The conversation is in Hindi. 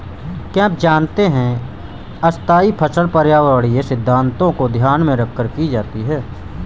क्या आप जानते है स्थायी फसल पर्यावरणीय सिद्धान्तों को ध्यान में रखकर की जाती है?